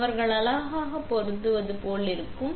எனவே அவர்கள் அழகாக பொருந்தும் போல் இருக்கும்